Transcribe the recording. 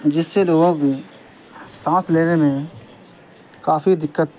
جس سے لوگوں کی سانس لینے میں کافی دقت